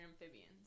amphibians